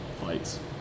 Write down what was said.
flights